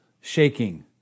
Shaking